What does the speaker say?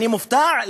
אני מופתע,